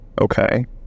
Okay